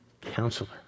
Counselor